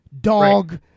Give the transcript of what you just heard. dog